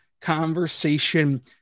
conversation